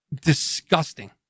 disgusting